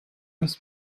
has